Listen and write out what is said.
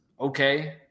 okay